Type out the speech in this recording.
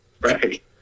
Right